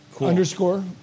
underscore